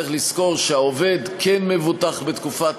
צריך לזכור שהעובד כן מבוטח בתקופת